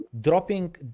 dropping